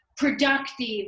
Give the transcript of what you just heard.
productive